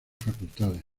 facultades